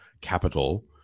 capital